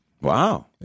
Wow